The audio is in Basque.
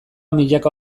milaka